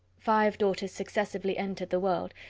five daughters successively entered the world,